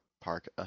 park